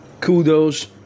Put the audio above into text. kudos